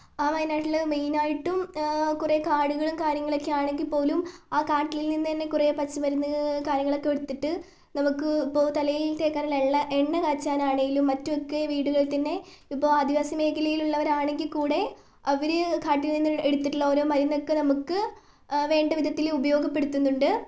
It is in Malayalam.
ആ വയനാട്ടിൽ മെയിനായിട്ടും കുറെ കാടുകളും കാര്യങ്ങളും ഒക്കെയാണെങ്കിൽപോലും ആ കാട്ടിൽ നിന്ന് തന്നെ കുറെ പച്ചമരുന്ന് കാര്യങ്ങളൊക്കെ എടുത്തിട്ട് നമുക്ക് ഇപ്പൊൾ തലയിൽ തേക്കാനുള്ള എള്ള എണ്ണ കാച്ചാനാണെങ്കിലും മറ്റും ഒക്കെ വീടുകളിൽ തന്നെ ഇപ്പൊ ആദിവാസി മേഖലയിലുള്ളവരാണെങ്കിൽ കൂടെ അവര് കാട്ടിൽ നിന്നെടുത്തിട്ടുള്ള ഓരോ മരുന്നൊക്കെ നമുക്ക് വേണ്ട വിധത്തിൽ ഉപയോഗപ്പെടുത്തുന്നുണ്ട്